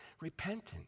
Repentance